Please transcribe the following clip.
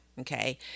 Okay